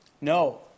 No